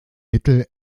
mittel